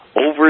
over